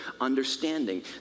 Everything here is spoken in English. understanding